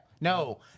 no